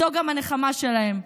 זו גם הנחמה שלהם.